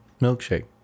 milkshake